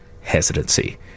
hesitancy